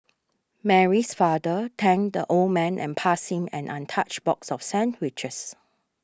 Mary's father thanked the old man and passing an untouched box of sandwiches